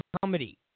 comedy